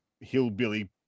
hillbilly